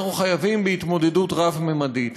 אנחנו חייבים בהתמודדות רב-ממדית,